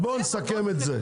אז בואו נסכם את זה.